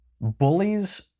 Bullies